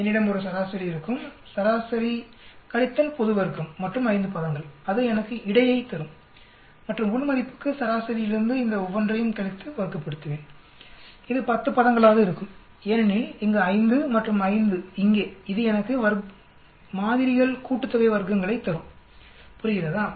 என்னிடம் ஒரு சராசரி இருக்கும் சராசரி கழித்தல் பொது வர்க்கம் மற்றும் 5 பதங்கள் அது எனக்கு இடை யைத் தரும் மற்றும் உள் மதிப்புக்கு சராசரியிலிருந்து இந்த ஒவ்வொன்றையும் கழித்து வர்க்கப்படுத்துவேன் இது 10 பதங்களாக இருக்கும் ஏனெனில் இங்கு 5 மற்றும் 5 இங்கே இது எனக்கு வர்க்கங்களின் மாதிரிகள் கூட்டுத்தொகையைத் தரும் புரிகிறதா